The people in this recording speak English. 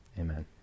Amen